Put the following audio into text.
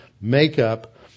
makeup